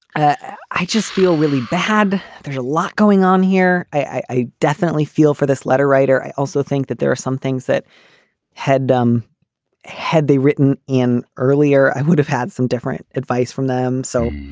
i i just feel really bad. there's a lot going on here. i definitely feel for this letter writer i also think that there are some things that had had they written in earlier. i would have had some different advice from them. so,